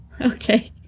okay